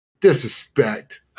Disrespect